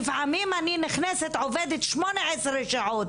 לפעמים אני עובדת 18 שעות.